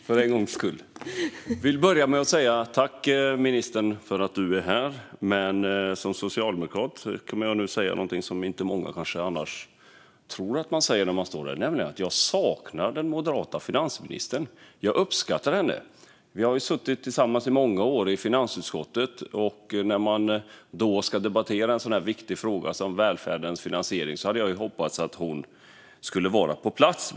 Fru talman! Jag vill börja att säga tack till ministern för att han är här. Men jag kommer nu att säga något som många kanske inte tror att man som socialdemokrat skulle säga här, nämligen att jag saknar den moderata finansministern. Jag uppskattar henne! Vi har suttit tillsammans i många år i finansutskottet. När vi ska debattera en sådan viktig fråga som välfärdens finansiering hade jag hoppats att hon skulle vara på plats.